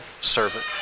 servant